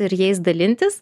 ir jais dalintis